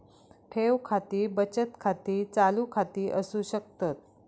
ठेव खाती बचत खाती, चालू खाती असू शकतत